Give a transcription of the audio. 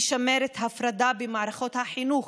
משמרת הפרדה במערכות החינוך,